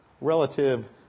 relative